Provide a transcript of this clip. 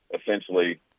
essentially